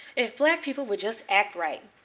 if black people would just act right,